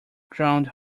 ground